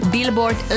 Billboard